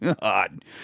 God